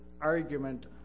argument